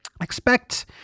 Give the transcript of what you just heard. expect